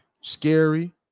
Scary